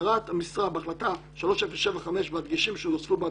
"הגדרת המשרה בהחלטה 3075 והדגשים שנוספו בה,